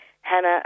Hannah